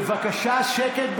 בבקשה, שקט.